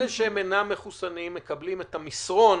אלה שהם אינם מחוסנים מקבלים את המסרון